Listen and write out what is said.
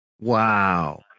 Wow